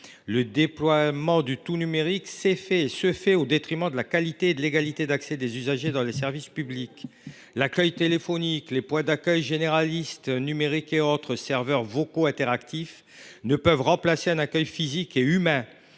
Le déploiement du tout numérique se fait au détriment de la qualité et de l’égalité d’accès des usagers aux services publics. L’accueil téléphonique, les points d’accueil généralistes numériques et les serveurs vocaux interactifs ne peuvent remplacer un accueil physique et humain.